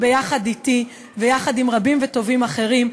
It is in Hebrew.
ביחד אתי וביחד עם רבים וטובים אחרים,